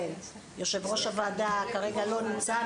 יושב ראש הוועדה כרגע לא נמצא.